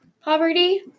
poverty